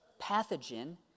pathogen